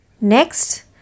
Next